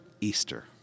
Easter